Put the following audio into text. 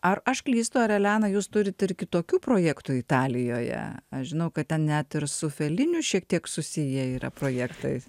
ar aš klystu ar elena jūs turit ir kitokių projektų italijoje aš žinau kad net ir su feliniu šiek tiek susiję yra projektai